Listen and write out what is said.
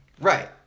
Right